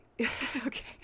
Okay